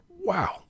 Wow